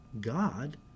God